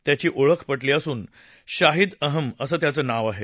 त्याची ओळख पटली असून शाहीद अहम असं त्याचं नाव आहे